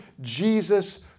Jesus